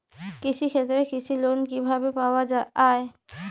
কৃষি ক্ষেত্রে কৃষি লোন কিভাবে পাওয়া য়ায়?